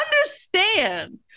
Understand